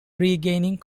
regaining